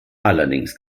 allerdings